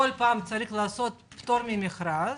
למה צריך כל פעם פטור ממכרז?